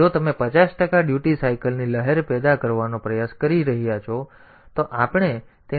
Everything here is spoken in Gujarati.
તેથી જો તમે 50 ટકા ડ્યુટી સાયકલની લહેર પેદા કરવાનો પ્રયાસ કરી રહ્યાં છો તો આપણે તેને આ રીતે કરી શકીએ છીએ